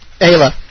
Ayla